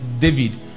David